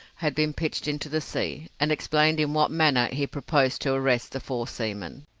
had been pitched into the sea, and explained in what manner he proposed to arrest the four seamen.